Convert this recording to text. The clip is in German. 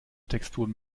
texturen